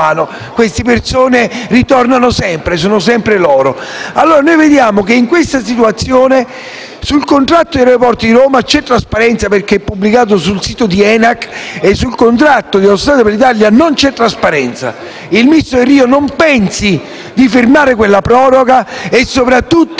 Queste persone tornano sempre, sono sempre loro. Noi vediamo che nell'ambito del contratto di Aeroporti di Roma c'è trasparenza, perché pubblicato sul sito dell'ENAC mentre sul contratto di Autostrade per l'Italia non c'è trasparenza. Il ministro Delrio non pensi di firmare quella proroga, e soprattutto